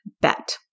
bet